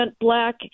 black